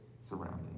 surrounding